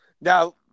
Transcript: Now